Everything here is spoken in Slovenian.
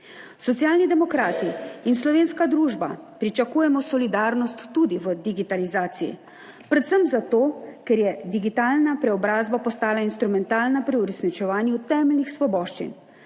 Socialni demokrati in slovenska družba pričakujemo solidarnost tudi v digitalizaciji, predvsem zato, ker je digitalna preobrazba postala instrumentalna pri uresničevanju temeljnih svoboščin.